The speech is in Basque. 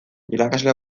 irakasle